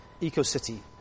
eco-city